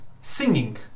singing